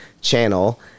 channel